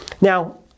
Now